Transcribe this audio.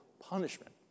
punishment